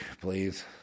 please